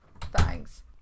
Thanks